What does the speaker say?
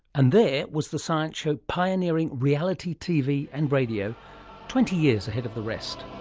and there was the science show pioneering reality tv and radio twenty years ahead of the rest.